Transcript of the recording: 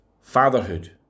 fatherhood